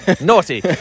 Naughty